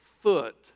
foot